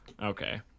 Okay